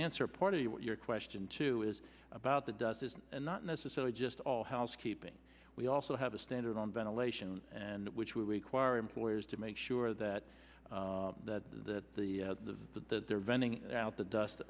answer part of what your question too is about the does is not necessarily just all housekeeping we also have a standard on ventilation and which we require employers to make sure that that the the that they're venting out the dust